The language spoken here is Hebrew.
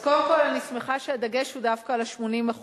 אז קודם כול, אני שמחה שהדגש הוא דווקא על ה-80%,